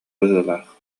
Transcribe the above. быһыылаах